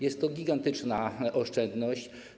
Jest to gigantyczna oszczędność.